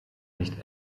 nicht